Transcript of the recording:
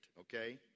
okay